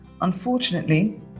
Unfortunately